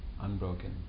unbroken